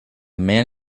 man